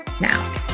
now